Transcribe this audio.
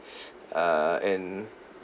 err and